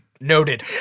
Noted